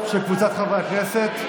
של חברי הכנסת.